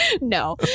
No